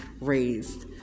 raised